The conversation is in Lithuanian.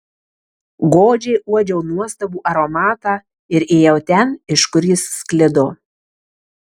godžiai uodžiau nuostabų aromatą ir ėjau ten iš kur jis sklido